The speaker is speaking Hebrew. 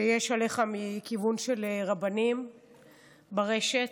שיש עליך מכיוון של רבנים ברשת.